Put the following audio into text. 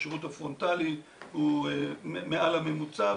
השירות הפרונטלי הוא מעל הממוצע,